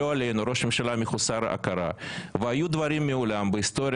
לא עלינו ראש ממשלה מחוסר הכרה והיו דברים מעולם בהיסטוריה